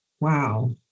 Wow